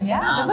yeah,